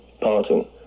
parting